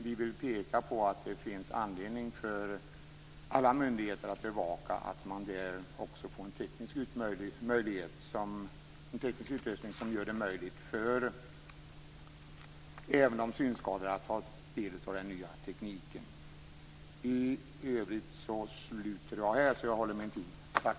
Vi vill peka på att det finns anledning för alla myndigheter att bevaka att man där också får en teknisk utveckling som gör det möjligt för även de synskadade att ta del av den nya tekniken. Jag slutar här mitt anförande så att jag håller min taletid.